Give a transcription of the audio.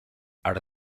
are